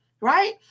right